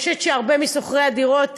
אני חושבת שהרבה משוכרי הדירות,